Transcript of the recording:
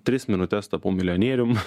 tris minutes tapau milijonierium